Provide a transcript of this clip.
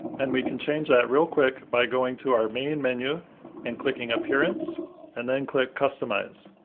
and we can change that real quick by going to our main menu and clicking appearance and then click customize.